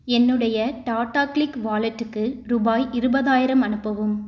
என்னுடைய டாடா கிளிக் வாலெட்டுக்கு ரூபாய் இருபதாயிரம் அனுப்பவும்